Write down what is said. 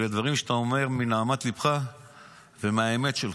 אלו דברים שאתה אומר מנהמת לבך ומהאמת שלך.